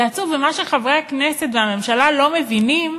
זה עצוב, ומה שחברי הכנסת והממשלה לא מבינים,